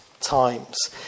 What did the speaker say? times